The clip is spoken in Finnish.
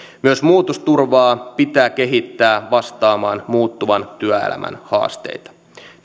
myös muutosturvaa pitää kehittää vastaamaan muuttuvan työelämän haasteita